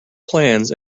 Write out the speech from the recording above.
plans